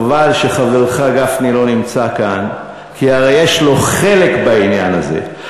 חבל שחברך גפני לא נמצא כאן כי הרי יש לו חלק בעניין הזה.